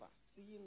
seeing